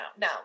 No